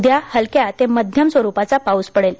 उद्या हलक्या ते मध्यम स्वरुपाचा पाऊस पडेल